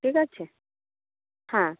ঠিক আছে হ্যাঁ